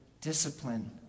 discipline